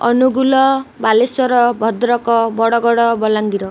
Angul Balasore Bhadrak Bargarh Balangir